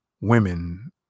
women